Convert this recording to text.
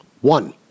One